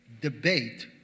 debate